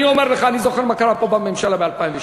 אני אומר לך, אני זוכר מה קרה פה בממשלה ב-2002.